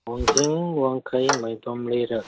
ꯋꯥꯡꯖꯤꯡ ꯋꯥꯡꯈꯩ ꯃꯥꯏꯕꯝ ꯂꯩꯔꯛ